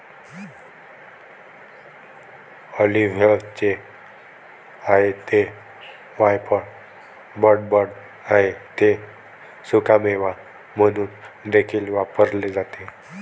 ऑलिव्हचे आहे ते वायफळ बडबड आहे ते सुकामेवा म्हणून देखील वापरले जाते